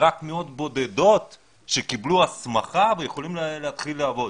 רק מאות בודדות קיבלו הסמכה ויכולים להתחיל לעבוד.